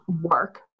work